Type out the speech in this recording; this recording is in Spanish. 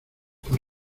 por